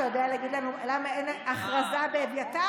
אתה יודע להגיד לנו למה אין הכרזה באביתר?